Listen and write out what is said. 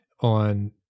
on